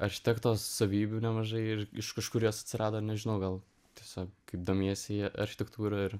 architekto savybių nemažai ir iš kažkur jos atsirado nežinau gal tiesiog kai domiesi architektūra ir